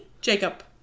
Jacob